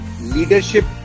leadership